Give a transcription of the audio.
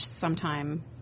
sometime